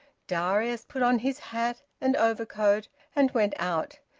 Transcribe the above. darius put on his hat and overcoat and went out,